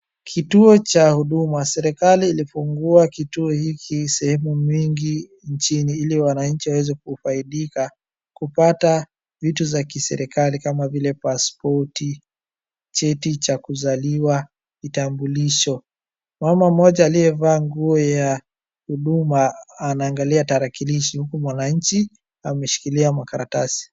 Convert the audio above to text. Kituo cha huduma, serikali ilifungua kituo hii sehemu nyingi nchini ili wananchi waeze kufaidika kupata vitu za kiserikali kama vile paspoti, cheti cha kuzaliwa, kitambulisho. Mama mmoja aliyevaa nguo ya huduma anaangalia tarakilishi huku mwananchi ameshikilia makaratasi.